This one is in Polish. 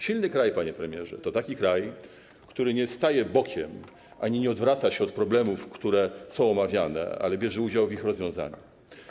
Silny kraj, panie premierze, to taki kraj, który nie staje bokiem ani nie odwraca się od problemów, które są omawiane, ale bierze udział w ich rozwiązaniu.